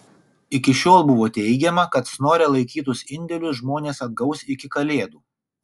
iki šiol buvo teigiama kad snore laikytus indėlius žmonės atgaus iki kalėdų